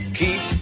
keep